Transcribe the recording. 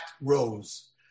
rose